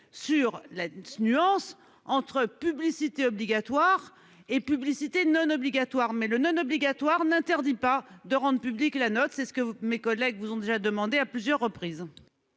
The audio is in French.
sur la nuance entre publicité obligatoire et publicité non obligatoire mais le non-obligatoire n'interdit pas de rendre publique la note. C'est ce que mes collègues vous ont déjà demandé à plusieurs reprises.